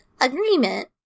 agreement